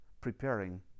preparing